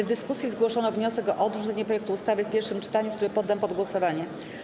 W dyskusji zgłoszono wniosek o odrzucenie projektu ustawy w pierwszym czytaniu, który poddam pod głosowanie.